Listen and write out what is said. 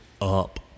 up